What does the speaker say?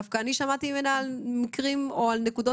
דווקא אני שמעתי ממנה על מקרים מסוימים,